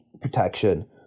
protection